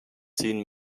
seen